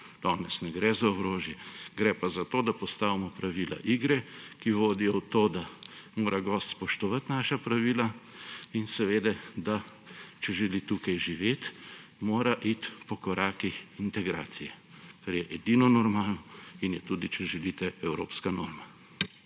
Danes ne gre za orožje, gre pa za to, da postavimo pravila igre, ki vodijo v to, da mora gost spoštovati naša pravila in če želi tukaj živeti, mora iti po korakih integracije, kar je edino normalno in je tudi, če želite, evropska norma.